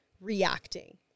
reacting